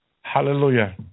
Hallelujah